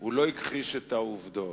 הוא לא הכחיש את העובדות,